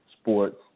Sports